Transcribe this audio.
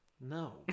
no